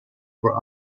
for